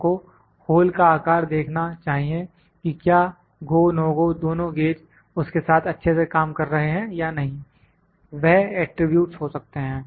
हमको होल का आकार देखना चाहिए कि क्या GO NO GO दोनों गेज उसके साथ अच्छे से काम कर रहे हैं या नहीं वह एट्रिब्यूटस् हो सकते हैं